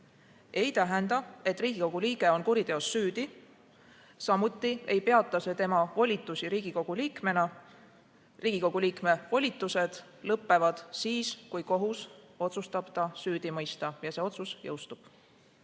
ei tähenda, et Riigikogu liige on kuriteos süüdi. Samuti ei peata see tema volitusi Riigikogu liikmena. Riigikogu liikme volitused lõpevad siis, kui kohus otsustab ta süüdi mõista ja see otsus jõustub. Nagu